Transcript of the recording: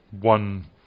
one